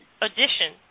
addition